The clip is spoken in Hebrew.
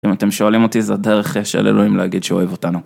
אם אתם שואלים אותי, זה הדרך של אלוהים להגיד שהוא אוהב אותנו.